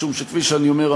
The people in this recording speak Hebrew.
משום שכפי שאני אומר,